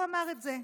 הוא אמר את זה.